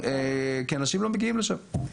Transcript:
כי אנשים לא מגיעים לשם.